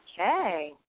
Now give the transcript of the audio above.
Okay